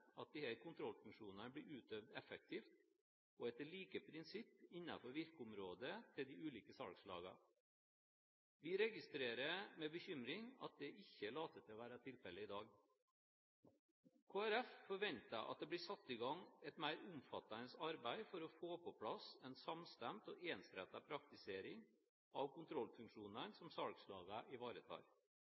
at disse kontrollfunksjonene blir utøvd effektivt og etter like prinsipper innenfor virkeområdet til de ulike salgslagene. Vi registrerer med bekymring at det ikke later til å være tilfellet i dag. Kristelig Folkeparti forventer at det blir satt i gang et mer omfattende arbeid for å få på plass en samstemt og ensrettet praktisering av kontrollfunksjonene som salgslagene ivaretar.